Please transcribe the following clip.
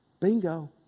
Bingo